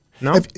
No